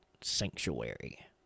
sanctuary